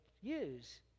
use